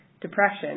Depression